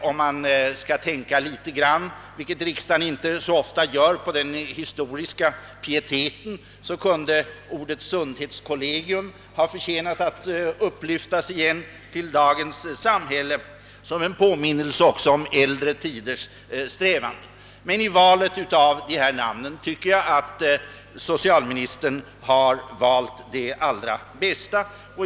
Om man något vill tänka på den historiska pieteten — vilket riksdagen inte så ofta gör — kunde ordet sundhetskollegium ha förtjänat att lyftas fram i ljuset igen i dagens samhälle som en påminnelse om äldre tiders strävan. Men i valet mellan namn tycker jag att socialministern har valt det bästa.